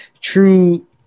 true